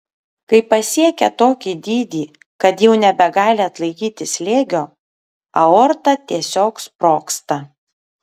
kai pasiekia tokį dydį kad jau nebegali atlaikyti slėgio aorta tiesiog sprogsta